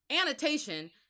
Annotation